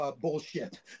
Bullshit